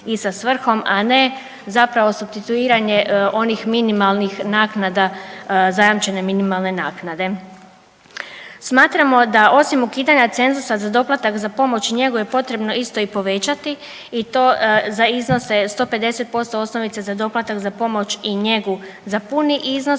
i sa svrhom, a ne zapravo supstituiranje onih minimalnih naknada zajamčene minimalne naknade. Smatramo da osim ukidanja cenzusa za doplatak za pomoć i njegu je potrebno isto i povećati i to za iznose 150% osnovice za doplatak za pomoć i njegu za puni iznos